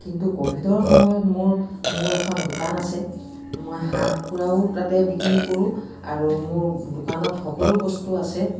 কিন্তু ক'ভিডৰ সময়ত মোৰ মোৰ এখন দোকান আছে মই হাঁহ কুকুৰাও তাতে বিক্ৰী কৰোঁ আৰু মোৰ দোকানত সকলো বস্তু আছে